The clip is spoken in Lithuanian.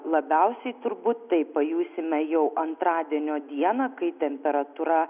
labiausiai turbūt tai pajusime jau antradienio dieną kai temperatūra